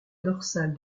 dorsale